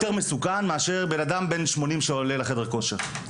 מסוכן מאדם בן שמונים שעולה לחדר הכושר.